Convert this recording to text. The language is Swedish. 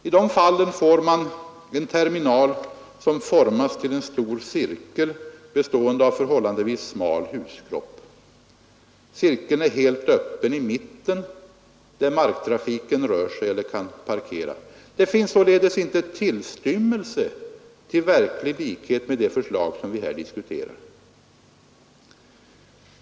I dessa fall får man en terminal som formas till en stor cirkel bestående av förhållandevis smal huskropp. Cirkeln är helt öppen i mitten där marktrafiken rör sig eller kan parkera. Det finns således inte tillstymmelse till verklig likhet med det förslag som vi här diskuterar.